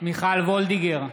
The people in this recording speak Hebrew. מיכל וולדיגר,